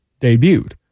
debuted